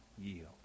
yield